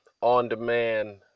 on-demand